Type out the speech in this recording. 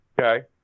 Okay